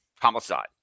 Homicide